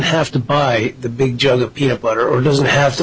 have to buy the big jug of peanut butter or doesn't have to